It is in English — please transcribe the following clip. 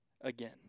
Again